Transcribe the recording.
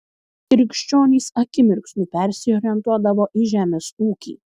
krikščionys akimirksniu persiorientuodavo į žemės ūkį